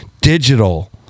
Digital